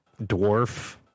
dwarf